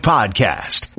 Podcast